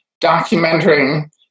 documenting